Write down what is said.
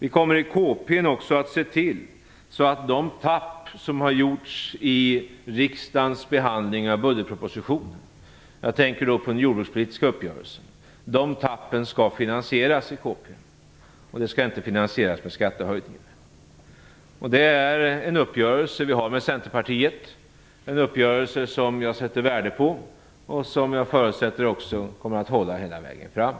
Vi kommer i KP:n också att se till så att de tapp som har gjorts i riksdagens behandling av budgetpropositionen - jag tänker på den jordbrukspolitiska uppgörelsen - finansieras. De skall inte finansieras med skattehöjningar. Det är en uppgörelse vi har med Centerpartiet. Det är en uppgörelse som jag sätter värde på, och som jag förutsätter kommer att hålla hela vägen fram.